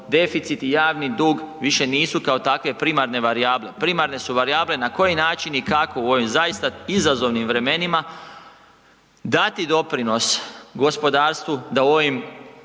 Deficit i javni dug više nisu kao takve primarne varijable. Primarne su varijable na koji način i kako u ovim zaista izazovnim vremenima dati doprinos gospodarstvu da u ovim,